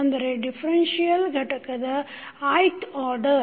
ಅಂದರೆ ಡಿಫರೆನ್ಷಿಯಲ್ ಘಟಕದ ith order